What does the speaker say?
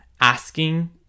asking